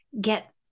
get